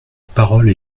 parole